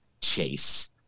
Chase